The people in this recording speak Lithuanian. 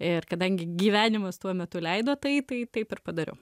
ir kadangi gyvenimas tuo metu leido tai tai taip ir padariau